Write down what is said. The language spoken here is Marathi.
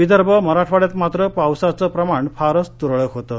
विदर्भ मराठवाङ्यात मात्र पावसाचं प्रमाण फारच तुरळक होतं